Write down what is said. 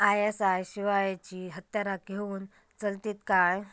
ISI शिवायची हत्यारा घेऊन चलतीत काय?